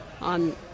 on